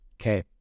okay